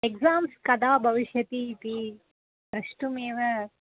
exams कदा भविष्यति इति प्रष्टुमेव